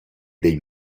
dei